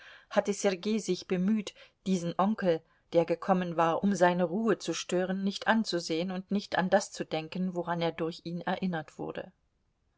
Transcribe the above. hatte sergei sich bemüht diesen onkel der gekommen war um seine ruhe zu stören nicht anzusehen und nicht an das zu denken woran er durch ihn erinnert wurde